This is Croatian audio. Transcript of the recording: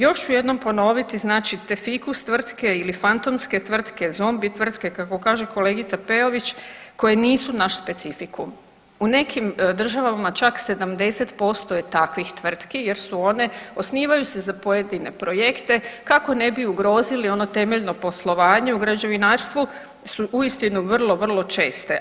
Još ću jednom ponoviti, znači te fikus tvrtke ili fantomske tvrtke, zombi tvrtke kako kaže kolegica Peović koje nisu naš specifikum u nekim državama čak 70% je takvih tvrtki jer su one osnivaju se za pojedine projekte kako ne bi ugrozili ono temeljno poslovanje u građevinarstvu su uistinu su vrlo, vrlo česte.